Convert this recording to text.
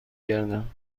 گردم